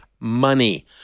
Money